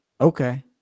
Okay